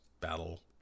battle